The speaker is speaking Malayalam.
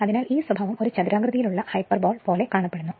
അതിനാൽ ഈ സ്വഭാവം ഒരു ചതുരാകൃതിയിലുള്ള ഹൈപ്പർബോള പോലെ കാണപ്പെടുന്നു